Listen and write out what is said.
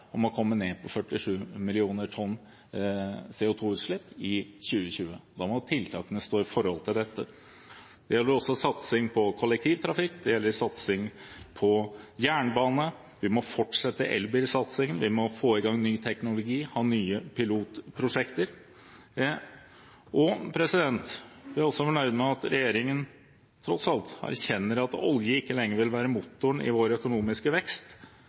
om å komme ned på 47 millioner tonn i CO2-utslipp i 2020. Da må tiltakene stå i forhold til dette. Det gjelder også satsing på kollektivtrafikk, det gjelder satsing på jernbane, vi må fortsette elbilsatsingen, og vi må få i gang ny teknologi og ha nye pilotprosjekter. Vi er også fornøyd med at regjeringen tross alt erkjenner at olje ikke lenger vil være motoren i vår økonomiske vekst,